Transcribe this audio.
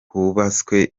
hubatswe